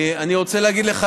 אני רוצה להגיד לך,